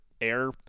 air